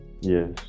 yes